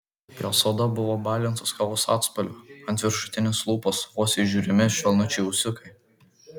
jos oda buvo balintos kavos atspalvio ant viršutinės lūpos vos įžiūrimi švelnučiai ūsiukai